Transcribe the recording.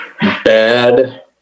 bad